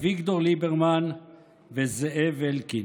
אביגדור ליברמן וזאב אלקין?